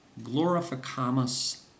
glorificamus